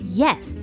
yes